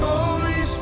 Holy